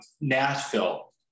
Nashville